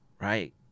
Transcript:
right